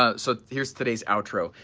ah so here's today's outro,